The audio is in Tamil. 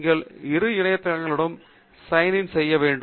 நீங்கள் இரு இணையதளங்களுடனும் சைன் இன் செய்ய வேண்டு